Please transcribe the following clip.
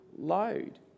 load